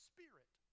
Spirit